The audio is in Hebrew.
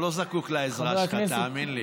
הוא לא זקוק לעזרה שלך, תאמין לי.